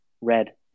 red